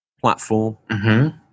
platform